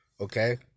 Okay